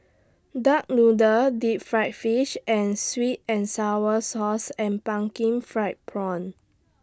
Duck Noodle Deep Fried Fish and Sweet and Sour Sauce and Pumpkin Fried Prawns